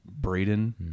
Braden